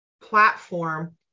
platform